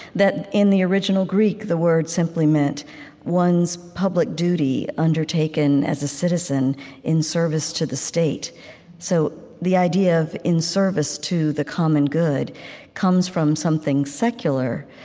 that in the original greek, the word simply meant one's public duty undertaken as a citizen in service to the state so, the idea of in service to the common good comes from something secular,